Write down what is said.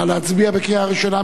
נא להצביע בקריאה ראשונה.